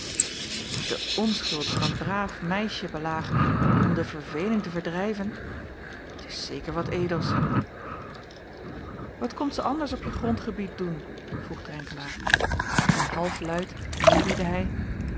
de onschuld van een braaf meisje belagen om de verveeling te verdrijven t is zeker wat edels wat komt zij anders op je grondgebied doen vroeg drenkelaer en halfluid neuriede hij